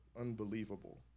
unbelievable